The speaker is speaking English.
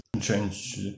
change